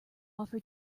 offer